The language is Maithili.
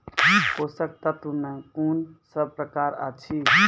पोसक तत्व मे कून सब प्रकार अछि?